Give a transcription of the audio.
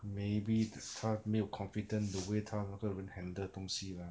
maybe 他没有 confident the way 他那个人 handle 东西 lah